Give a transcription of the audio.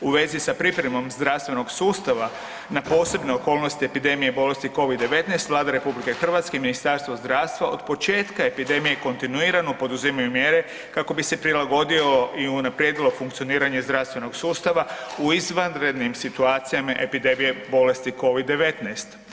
U vezi sa pripremom zdravstvenog sustava na posebne okolnosti epidemije bolesti COVID-19, Vlada RH i Ministarstvo zdravstva od početka epidemije kontinuirano poduzimaju mjere kako bi se prilagodio i unaprijedilo funkcioniranje zdravstvenog sustava u izvanrednim situacijama epidemije bolesti COVID-19.